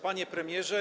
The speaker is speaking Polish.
Panie Premierze!